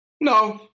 No